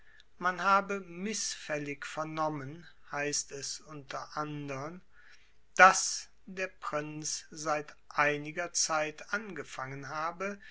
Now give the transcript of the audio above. man habe mißfällig vernommen heißt es unter andern daß der prinz seit einiger zeit angefangen habe